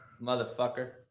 motherfucker